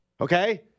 Okay